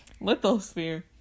Lithosphere